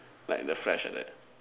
like the flash like that